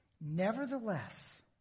Nevertheless